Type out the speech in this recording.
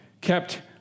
kept